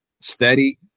steady